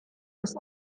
ist